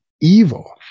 evil